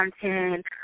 content